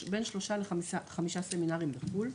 יש להם בין 3 ל-5 סמינרים בחו"ל,